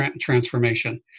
transformation